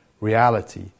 Reality